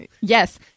Yes